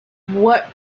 what